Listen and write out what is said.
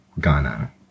Ghana